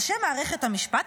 ראשי מערכת המשפט,